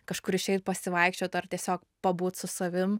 kažkur išeit pasivaikščiot ar tiesiog pabūt su savim